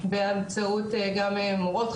ובתחרות הזאת אנחנו רוצים לשלב גם תיכוניסטים,